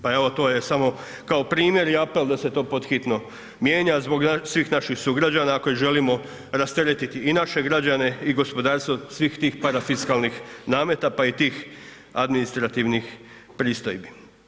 Pa evo to je samo kao primjer i apel da se to pod hitno mijenja zbog svih naših sugrađana ako želimo rasteretiti i naše građane i gospodarstvo svih tih parafiskalnih nameta pa i tih administrativnih pristojbi.